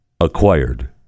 acquired